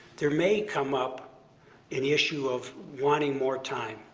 there may come up an issue of wanting more time.